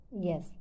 Yes